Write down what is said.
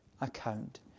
account